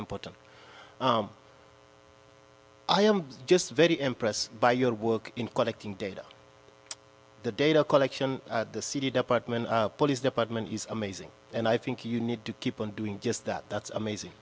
important i am just very impressed by your work in collecting data the data collection the city department police department is amazing and i think you need to keep on doing just that that's amazing